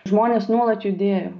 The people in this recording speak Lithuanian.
žmonės nuolat judėjo